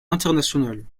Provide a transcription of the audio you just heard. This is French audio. internationale